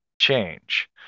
change